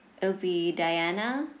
will be dayana